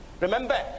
Remember